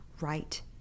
right